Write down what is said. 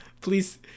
Please